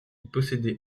possédait